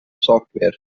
software